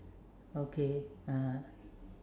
okay uh